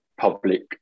public